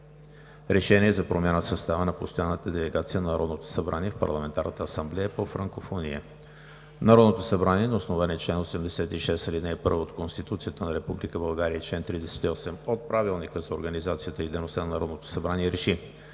РЕШЕНИЕ за промяна в състава на Постоянната делегация на Народното събрание в Парламентарната асамблея по франкофония Народното събрание на основание чл. 86, ал. 1 от Конституцията на Република България и чл. 38 от Правилника за организацията и дейността на Народното събрание